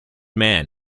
man